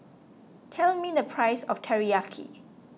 tell me the price of Teriyaki